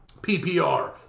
PPR